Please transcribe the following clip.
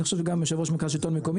אני חושב שגם יושב ראש מרכז השלטון המקומי